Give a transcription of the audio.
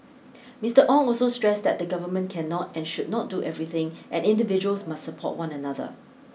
Mister Ong also stressed that the Government cannot and should not do everything and individuals must support one another